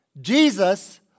Jesus